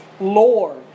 Lord